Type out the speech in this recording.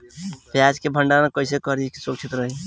प्याज के भंडारण कइसे करी की सुरक्षित रही?